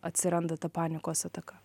atsiranda ta panikos ataka